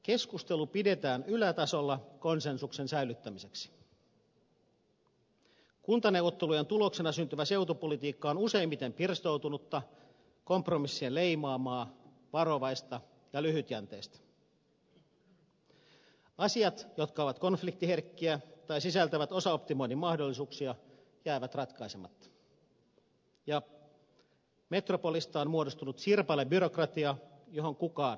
keskustelu pidetään ylätasolla konsensuksen säilyttämiseksi kuntaneuvottelujen tuloksena syntyvä seutupolitiikka on useimmiten pirstoutunutta kompromissien leimaamaa varovaista ja lyhytjänteistä asiat jotka ovat konfliktiherkkiä tai sisältävät osaoptimoinnin mahdollisuuksia jäävät ratkaisematta ja metropolista on muodostunut sirpalebyrokratia johon kukaan ei voi vaikuttaa